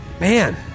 Man